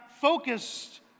focused